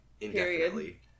indefinitely